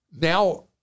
now